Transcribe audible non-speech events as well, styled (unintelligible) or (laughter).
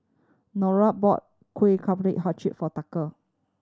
Neola bought kuih (unintelligible) for Tucker